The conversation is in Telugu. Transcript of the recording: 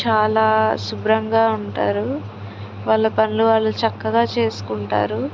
చాలా శుభ్రంగా ఉంటారు వాళ్ళ పనులు వాళ్ళు చక్కగా చేసుకుంటారు